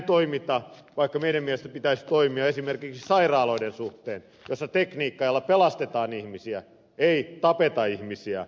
meidän mielestämme näin pitäisi toimia esimerkiksi sairaaloiden suhteen jossa tekniikalla pelastetaan eikä tapeta ihmisiä